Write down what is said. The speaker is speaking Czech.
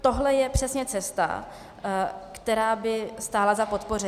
Tohle je přesně cesta, která by stála za podpoření.